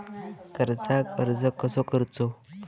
कर्जाक अर्ज कसो करूचो?